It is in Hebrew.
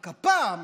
רק הפעם